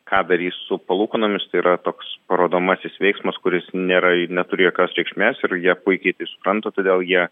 ką darys su palūkanomis tai yra toks parodomasis veiksmas kuris nėra neturi jokios reikšmės ir jie puikiai tai supranta todėl jie